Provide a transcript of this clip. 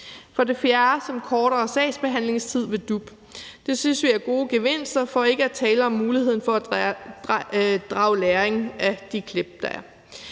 For det fjerde bliver der kortere sagsbehandlingstid ved DUP. Det synes vi er gode gevinster, for ikke at tale om muligheden for at drage læring af de klip, der er.